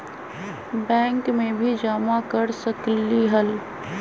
Bank में भी जमा कर सकलीहल?